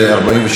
46,